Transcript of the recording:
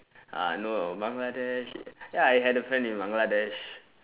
uh no bangladesh ya I had a friend in bangladesh